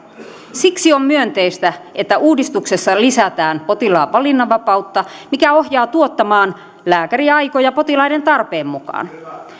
siksi on myönteistä että uudistuksessa lisätään potilaan valinnanvapautta mikä ohjaa tuottamaan lääkäriaikoja potilaiden tarpeen mukaan